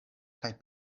kaj